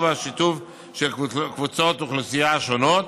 והשיתוף של קבוצות אוכלוסייה שונות,